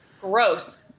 Gross